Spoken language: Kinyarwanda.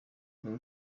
dore